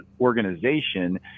organization